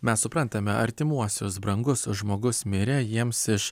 mes suprantame artimuosius brangus žmogus mirė jiems iš